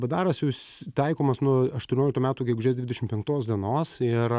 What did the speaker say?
bdaras jūs taikomas nuo aštuonioliktų metų gegužės dvidešim penktos dienos ir